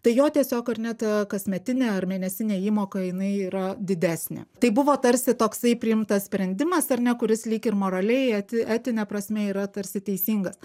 tai jo tiesiog ar net kasmetinė ar mėnesinė įmoka jinai yra didesnė tai buvo tarsi toksai priimtas sprendimas ar ne kuris lyg ir moraliai eti etine prasme yra tarsi teisingas